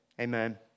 amen